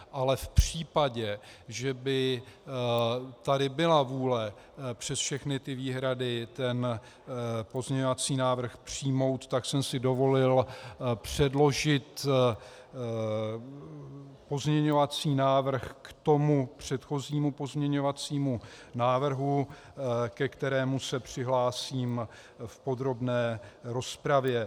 Ale v případě, že by tady byla vůle přes všechny výhrady pozměňovací návrh přijmout, tak jsem si dovolil předložit pozměňovací návrh k předchozímu pozměňovacímu návrhu, ke kterému se přihlásím v podrobné rozpravě.